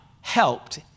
helped